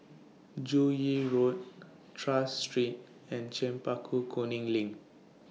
Joo Yee Road Tras Street and Chempaka Kuning LINK